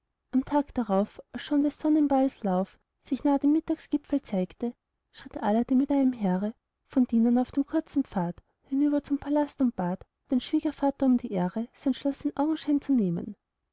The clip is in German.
am tag darauf als schon des sonnenballes lauf sich nah dem mittagsgipfel zeigte schritt aladdin mit einem heere von dienern auf dem kurzen pfad hinüber zum palast und bat den schwiegervater um die ehre sein schloß in augenschein zu nehmen